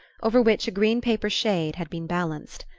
over which a green paper shade had been balanced.